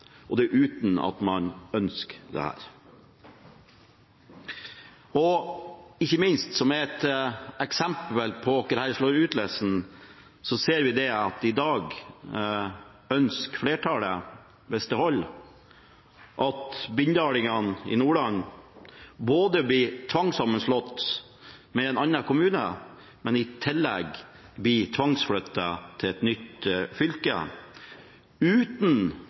sammen, og det uten at man ønsker det. Som et eksempel på hvordan dette slår ut, ser vi at i dag ønsker flertallet – hvis det holder – at bindalingene i Nordland både blir tvangssammenslått med en annen kommune og tvangsflyttet til et nytt fylke uten